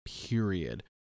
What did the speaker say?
period